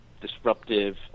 disruptive